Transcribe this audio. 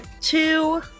two